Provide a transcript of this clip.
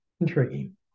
intriguing